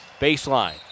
Baseline